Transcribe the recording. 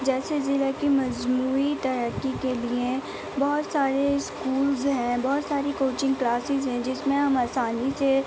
جیسے ضلعے کی مجموعی ترقی کے لئے بہت سارے اسکولز ہیں بہت ساری کوچنگ کلاسیز ہیں جس میں ہم آسانی سے